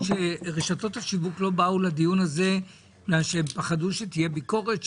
שרשתות השיווק לא באו לדיון הזה בגלל שהם פחדו שתהיה ביקורת,